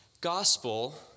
gospel